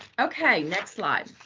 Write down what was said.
okay, next slide.